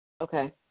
Okay